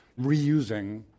reusing